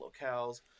locales